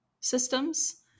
systems